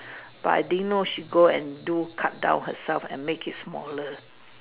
but I didn't know she go and do cut down herself and make it smaller